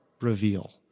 reveal